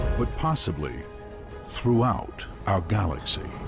but possibly throughout our galaxy.